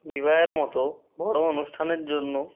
বিবাহের মতো বড়ো অনুষ্ঠানের জন্য